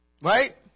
Right